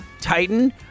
Titan